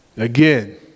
Again